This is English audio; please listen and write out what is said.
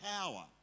power